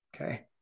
Okay